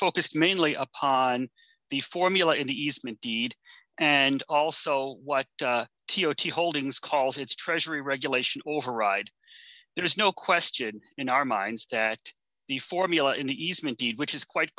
focused mainly upon the formula in the easement deed and also what t o t holdings calls its treasury regulation override there is no question in our minds that the formula in the easement deed which is quite